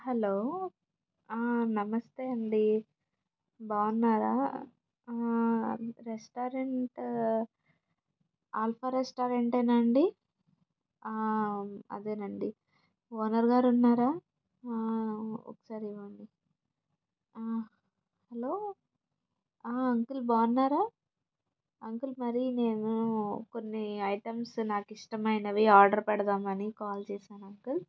hello నమస్తే అండి బాగున్నారా రెస్టారెంట్ ఆల్ఫా రెస్టారెంట్ ఏనా అండి అదేనండి ఓనర్ గారు ఉన్నారా ఒకసారి ఇవ్వండి హలో అంకుల్ బాగున్నారా అంకుల్ మరీ నేను కొన్ని ఐటమ్స్ నాకు ఇష్టం అయినవి ఆర్డర్ పెడదామని కాల్ చేశాను అంకుల్